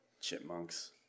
Chipmunks